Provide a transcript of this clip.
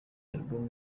album